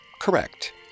correct